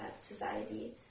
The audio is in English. society